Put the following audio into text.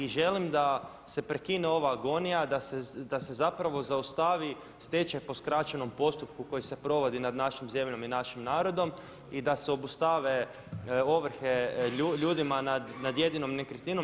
I želim da se prekine ova agonija, da se zapravo zaustavi stečaj po skraćenom postupku koji se provodi nad našom zemljom i našim narodom i da se obustave ovrhe ljudima nad jedinom nekretninom.